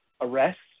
arrests